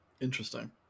Interesting